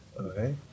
Okay